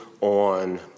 on